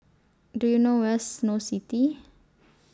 Do YOU know Where IS Snow City